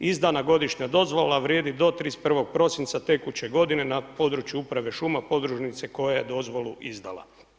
Izdana godišnja dozvola vrijedi do 31.12. tekuće godine, na području uprave šuma podružnice koja je dozvolu izdala.